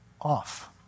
off